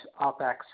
OPEX